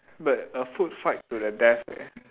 but a food fight to the death eh